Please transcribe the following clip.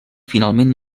finalment